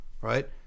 right